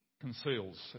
conceals